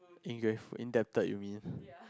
ungrateful indebted you mean